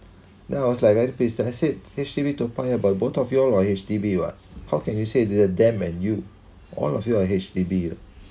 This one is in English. then I was like very pissed then I said H_D_B Toa Payoh but both of you are H_D_B what how can you say that them and you all of you are H_D_B